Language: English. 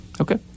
Okay